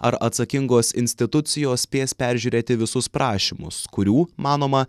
ar atsakingos institucijos spės peržiūrėti visus prašymus kurių manoma